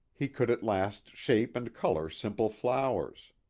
he could at last shape and color simple flowers.